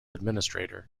administrator